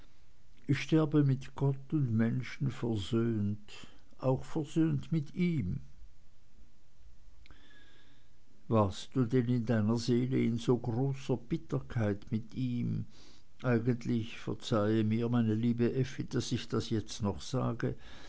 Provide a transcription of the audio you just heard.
ich sterbe mit gott und menschen versöhnt auch versöhnt mit ihm warst du denn in deiner seele in so großer bitterkeit mit ihm eigentlich verzeih mir meine liebe effi daß ich das jetzt noch sage